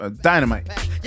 Dynamite